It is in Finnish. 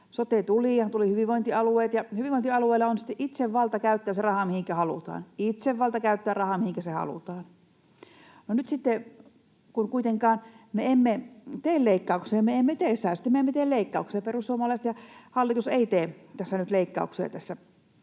sote ja tulivat hyvinvointialueet ja hyvinvointialueilla on sitten itsellään valta käyttää se raha, mihinkä halutaan — itsellään valta käyttää se raha, mihinkä halutaan. Nyt sitten, kun kuitenkaan me emme tee leikkauksia, me emme tee säästöjä emmekä tee leikkauksia — perussuomalaiset ja hallitus eivät tee nyt leikkauksia